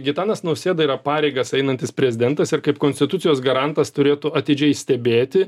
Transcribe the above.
gitanas nausėda yra pareigas einantis prezidentas ir kaip konstitucijos garantas turėtų atidžiai stebėti